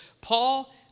Paul